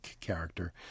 character